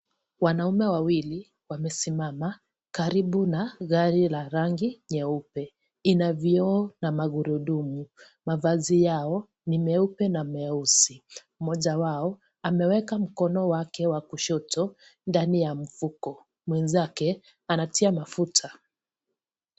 Wanaume wawili wamesimama karibu na gari la rangi nyeupe, ina vioo na magurudumu. Mavazi Yao ni meupe na meusi. Mmoja wao ameweka mkono wake wa kushoto ndani ya mfuko, mwenzake anatia mafuta.